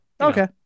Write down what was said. Okay